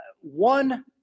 one